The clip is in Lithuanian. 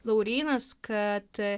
laurynas kad